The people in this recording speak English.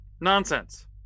Nonsense